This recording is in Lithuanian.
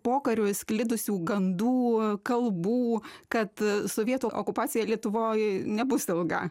pokario išsklidusių gandų kalbų kad sovietų okupacija lietuvoj nebus ilga